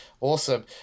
Awesome